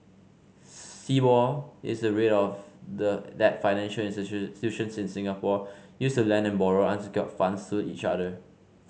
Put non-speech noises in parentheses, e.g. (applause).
Sibor is the rate of the that financial (unintelligible) in Singapore use to lend and borrow unsecured funds to each other